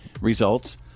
results